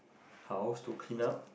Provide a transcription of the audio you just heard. how to clean up